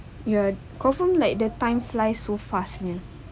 ya confirm like the time fly so fast ya